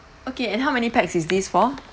okay and how many pax is this for